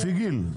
לפי גיל.